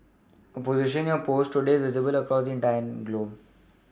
a position you post today is visible across the entire globe